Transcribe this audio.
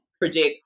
project